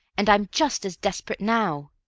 and i'm just as desperate now.